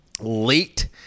late